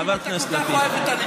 לא יפה.